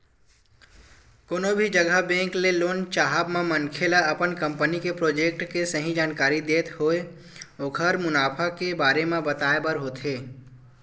कोनो भी जघा बेंक ले लोन चाहब म मनखे ल अपन कंपनी के प्रोजेक्ट के सही जानकारी देत होय ओखर मुनाफा के बारे म बताय बर होथे